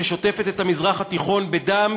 ששוטפת את המזרח התיכון בדם,